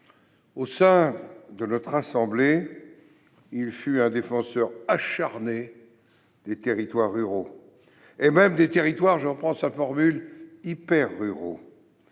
Au sein de notre assemblée, il fut un défenseur acharné des territoires ruraux, et même des territoires « hyper-ruraux